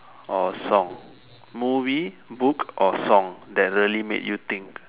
or song movie book or song that really made you think